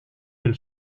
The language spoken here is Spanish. del